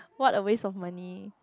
what a waste of money